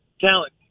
talent